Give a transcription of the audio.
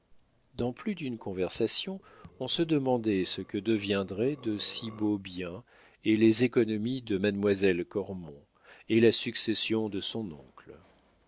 dans plus d'une conversation on se demandait ce que deviendraient de si beaux biens et les économies de mademoiselle cormon et la succession de son oncle